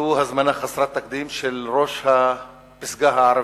זו הזמנה חסרת תקדים של ראש הפסגה הערבית.